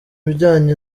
bijyanye